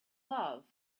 love